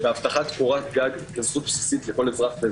הבטחת קורת גג היא זכות בסיסית לכל אזרח.